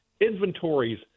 Inventories